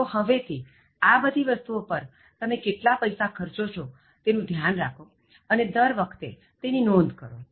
તો હવેથી આ બધી વસ્તુઓ પર તમે કેટલા પૈસા ખર્ચો છો તેનું ધ્યાન રાખો દરે વખતે તેની નોંધ કરો